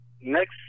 next